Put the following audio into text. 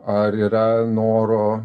ar yra noro